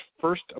first